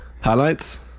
Highlights